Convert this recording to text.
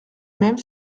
même